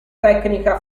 tecnica